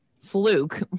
fluke